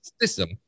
system